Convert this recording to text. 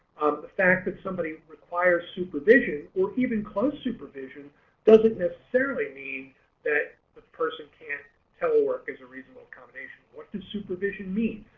the fact that somebody requires supervision or even close supervision doesn't necessarily mean that the person can't telework is a reasonable accommodation. what does supervision mean.